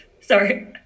Sorry